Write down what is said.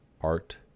art